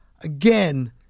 again